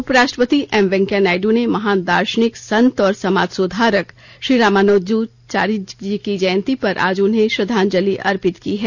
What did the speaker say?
उपराष्ट्रपति एमवेंकैया नायडू ने महान दार्शनिक संत और समाज सुधारक श्री राजानुजाचार्यजी की जयंती पर आज उन्हें श्रद्वांजलि अर्पित की है